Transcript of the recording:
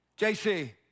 JC